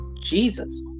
Jesus